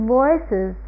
voices